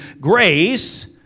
grace